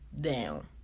down